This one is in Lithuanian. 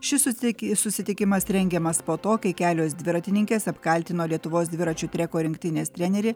šis susik susitikimas rengiamas po to kai kelios dviratininkės apkaltino lietuvos dviračių treko rinktinės trenerį